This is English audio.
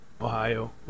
Ohio